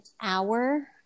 hour